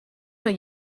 los